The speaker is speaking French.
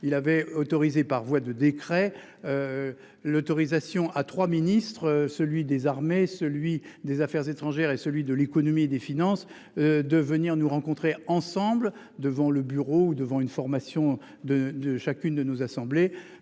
il avait autorisé par voie de décret. L'autorisation à 3 ministres, celui des armées celui des affaires étrangères et celui de l'Économie et des Finances, de venir nous rencontrer ensemble devant le bureau ou devant une formation de de chacune de nos assemblées